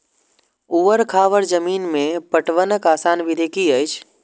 ऊवर खावर जमीन में पटवनक आसान विधि की अछि?